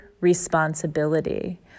responsibility